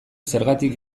zergatik